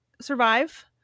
survive